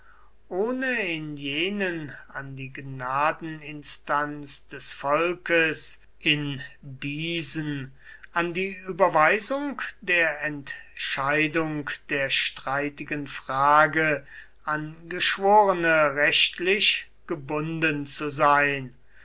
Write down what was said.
ohne in jenen an die gnadeninstanz des volkes in diesen an die überweisung der entscheidung der streitigen frage an geschworene rechtlich gebunden zu sein